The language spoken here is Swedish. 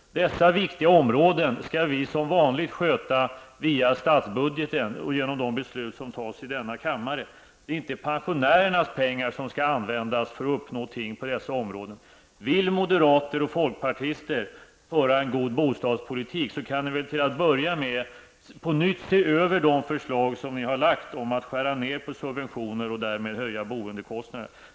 Dessa viktiga områden skall vi som vanligt sköta via statsbudgeten och genom de beslut som fattas i denna kammare. Det är inte pensionärernas pengar som skall användas för att uppnå olika ting på dessa områden. Om moderater och folkpartister vill föra en god bostadspolitik kan de till att börja med på nytt se över de förslag som de har lagt fram om att skära ned på subventioner och därmed höja boendekostnaderna.